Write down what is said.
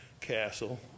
castle